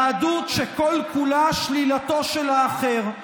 יהדות שכל-כולה שלילתו של האחר.